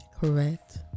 Correct